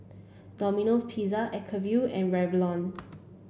Domino Pizza Acuvue and Revlon